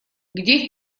где